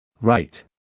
Right